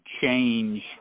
change